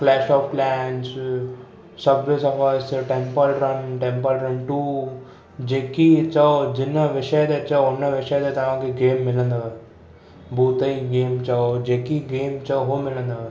clash of Clans Subway Surfer Temple Run Temple Run two जेकी चओ जिन विषय ते चयो उन विषय ते तव्हां खे गेम मिलन्दव बूत ई गेम चयो जेकी गेम चयो हूअ मिलन्दव